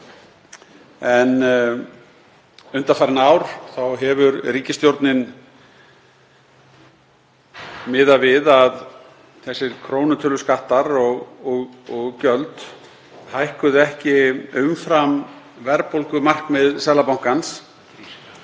en undanfarin ár hefur ríkisstjórnin miðað við að þessir krónutöluskattar og gjöld hækkuðu ekki umfram verðbólgumarkmið Seðlabankans.